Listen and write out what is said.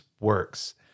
works